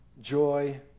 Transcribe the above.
joy